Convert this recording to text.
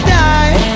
die